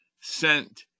sent